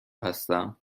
هستم